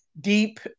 deep